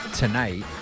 Tonight